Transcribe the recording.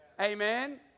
Amen